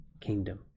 kingdom